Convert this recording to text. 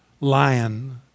Lion